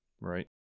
Right